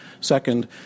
second